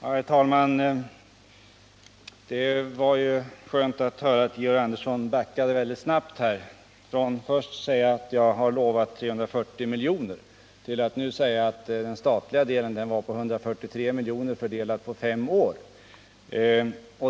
Herr talman! Det var skönt att Georg Andersson backade väldigt snabbt från att först säga att jag har lovat 340 milj.kr. till att nu säga att den statliga andelen är 143 milj.kr. fördelade på fem år.